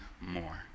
more